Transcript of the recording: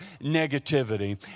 negativity